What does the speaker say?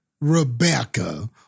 Rebecca